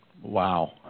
Wow